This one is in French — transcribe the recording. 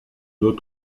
deux